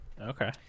okay